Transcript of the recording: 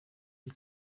b’i